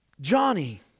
Johnny